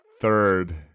third